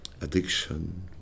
addiction